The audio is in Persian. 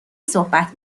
صحبت